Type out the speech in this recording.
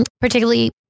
particularly